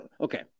okay